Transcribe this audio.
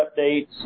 updates